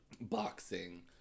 boxing